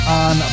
on